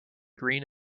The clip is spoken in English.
green